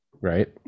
Right